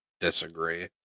disagree